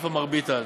איפה מר ביטן?